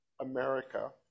America